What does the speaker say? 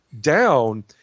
down –